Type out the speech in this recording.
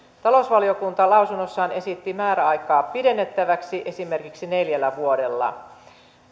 talousvaliokunta lausunnossaan esitti määräaikaa pidennettäväksi esimerkiksi neljällä vuodella